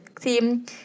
team